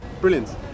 Brilliant